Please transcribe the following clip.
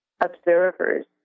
observers